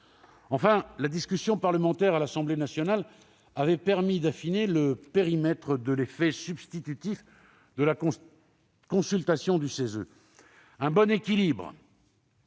Enfin, la discussion parlementaire à l'Assemblée nationale avait permis d'affiner le périmètre de l'effet substitutif de la consultation du CESE. Un bon équilibre